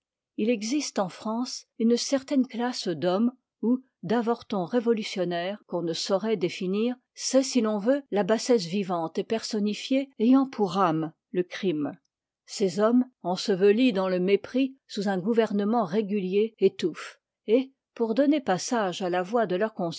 il existe en france une certaine classe d'hommes ou d'avorton révolutionnaire qu'on ne sauroit définir c'est si l'on veut liiv i la bassesse vivante et personnifiée ayarit pour âme le crime ces hommes ensevelis dans le mépris sous un gouvernement régulier étouffent et pour donner passage à la voix de leur